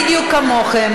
בדיוק כמוכם,